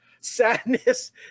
sadness